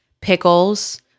Pickles